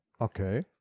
okay